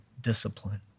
discipline